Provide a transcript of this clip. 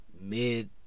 mid